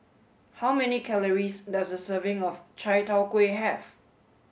how many calories does a serving of Chai Tow Kway have